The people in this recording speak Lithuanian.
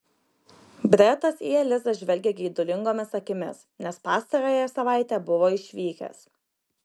bretas į elizą žvelgė geidulingomis akimis nes pastarąją savaitę buvo išvykęs